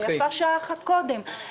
ויפה שעה אחת קודם.